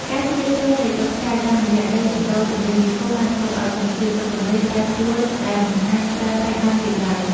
ការជ្រាបចូលនៃទឹកប្រៃតាមរយៈដីសណ្តទន្លេមេគង្គបានធ្វើឱ្យគុណភាពទឹកទន្លេប្រែប្រួលដែលមិនអាចប្រើប្រាស់បានទៀតឡើយ។